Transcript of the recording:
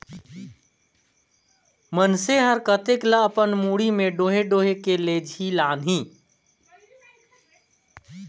मइनसे हर कतेक ल अपन मुड़ी में डोएह डोएह के लेजही लानही